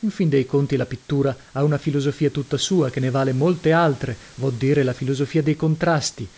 in fin dei conti la pittura ha una filosofia tutta sua che ne vale molte altre vo dire la filosofia dei contrasti